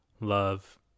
love